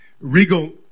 regal